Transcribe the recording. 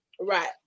Right